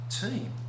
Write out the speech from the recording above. team